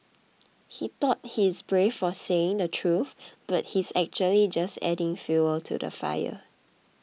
he thought he's brave for saying the truth but he's actually just adding fuel to the fire